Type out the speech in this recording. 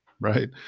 right